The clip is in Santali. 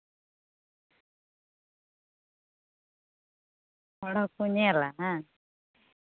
ᱦᱚᱲ ᱦᱚᱸᱠᱚ ᱧᱮᱞᱟ ᱦᱮᱸ